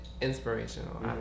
inspirational